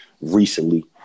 recently